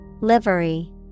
Livery